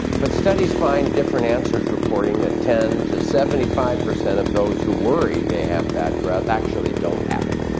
but studies find different answers, reporting that ten to seventy five percent of those who worry they have bad breath, actually don't have it.